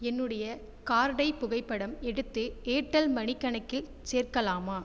என்னுடைய கார்டை புகைப்படம் எடுத்து ஏர்டெல் மனி கணக்கில் சேர்க்கலாமா